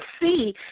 see